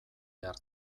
behar